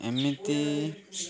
ଏମିତି